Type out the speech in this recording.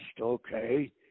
Okay